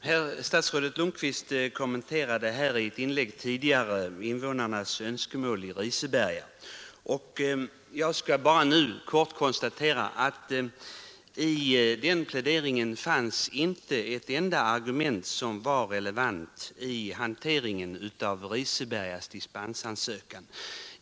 Fru talman! Statsrådet Lundkvist kommenterade i ett inlägg tidigare invånarnas önskemål i Riseberga. Jag vill nu bara helt kort konstatera att i den pläderingen inte fanns ett enda argument som var relevant i hanteringen av Risebergas dispensansökan.